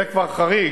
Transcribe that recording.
זה כבר חריג,